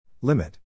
Limit